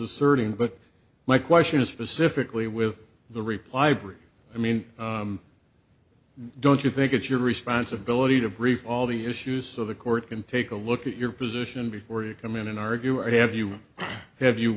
asserting but my question is specifically with the reply brief i mean don't you think it's your responsibility to brief all the issues so the court can take a look at your position before you come in and argue or have you have you